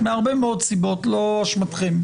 מהרבה מאוד סיבות, לא אשמתכם.